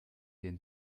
den